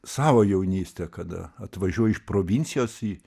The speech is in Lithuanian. savo jaunystę kada atvažiuoji iš provincijos į